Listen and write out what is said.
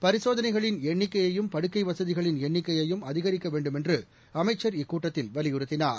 பரிசோதனைகளின் எண்ணிக்கையையும் படுக்கை வசதிகளின் எண்ணிக்கையும் அதிகரிக்க வேண்டுமென்று அமைச்சர் இக்கூட்டத்தில் வலியுறுத்தினார்